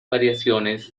variaciones